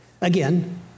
Again